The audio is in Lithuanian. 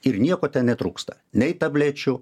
ir nieko netrūksta nei tablečių